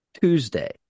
Tuesday